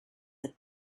the